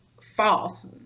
false